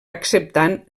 acceptant